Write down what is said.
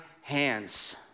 hands